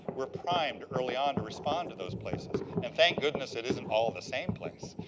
we're primed, early on, to respond to those places. and thank goodness it isn't all the same place,